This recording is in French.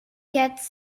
quatre